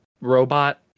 robot